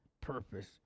purpose